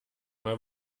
mal